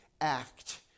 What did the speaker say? act